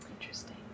Interesting